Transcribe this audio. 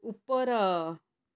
ଉପର